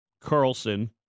Carlson